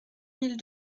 mille